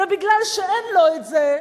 ומפני שאין לו את זה,